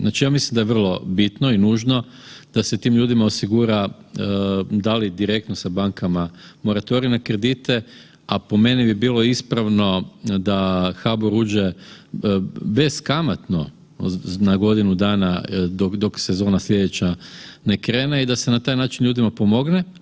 Znači ja mislim da je vrlo bitno i nužno da se tim ljudima osigura da li direktno sa bankama moratorij na kredite, a po meni bi bilo ispravno da HBOR uđe beskamatno na godinu dana dok sezone sljedeća ne krene i da se na taj način ljudima pomogne.